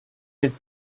his